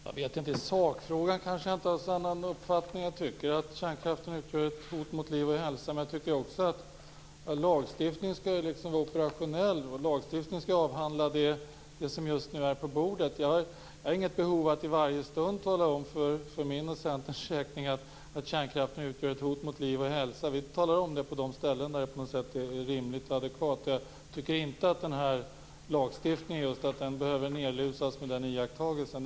Fru talman! I sakfrågan har jag nog ingen annan uppfattning. Jag tycker att kärnkraften utgör ett hot mot liv och hälsa. Men jag tycker också att lagstiftning skall vara operationell. Den skall behandla det som just för tillfället är på bordet. Jag har inget behov att för min och Centerns räkning i varje stund tala om att kärnkraften utgör ett hot mot liv och hälsa. Vi talar om det på de ställen där det är rimligt och adekvat. Jag tycker inte att lagstiftningen behöver nedlusas med den iakttagelsen.